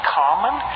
common